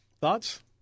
Thoughts